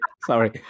sorry